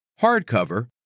hardcover